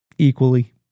equally